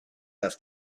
have